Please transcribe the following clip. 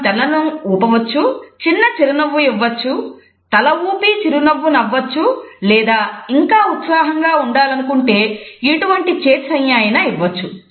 మనం తలను ఊపవచ్చు చిన్న చిరునవ్వు ఇవ్వవచ్చు తల ఊపి చిరునవ్వు నవ్వ వచ్చు లేదా ఇంకా ఉత్సాహంగా ఉండాలనుకుంటే ఎటువంటి చేతిసంజ్ఞ అయినా ఇవ్వవచ్చు